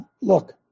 Look